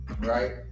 right